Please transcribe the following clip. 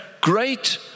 great